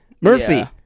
Murphy